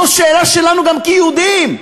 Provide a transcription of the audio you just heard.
זו שאלה שלנו גם כיהודים.